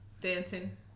dancing